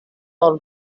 all